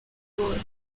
bose